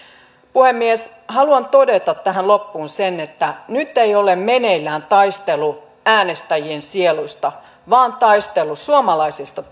puhemies haluan todeta tähän loppuun sen että nyt ei ole meneillään taistelu äänestäjien sieluista vaan taistelu suomalaisista